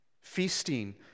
Feasting